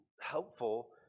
helpful